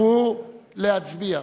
לכו להצביע.